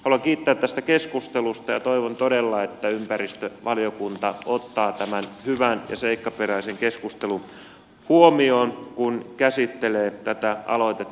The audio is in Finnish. haluan kiittää tästä keskustelusta ja toivon todella että ympäristövaliokunta ottaa tämän hyvän ja seikkaperäisen keskustelun huomioon kun käsittelee tätä aloitetta